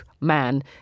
man